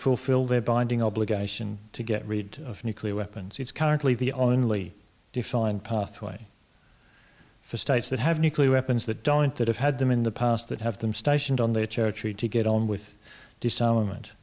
fulfill their binding obligation to get rid of nuclear weapons it's currently the only defined pathway for states that have nuclear weapons that don't that have had them in the past that have them stationed on the church to get on with disarmament